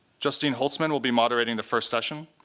justine holzman will be moderating the first session.